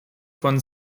von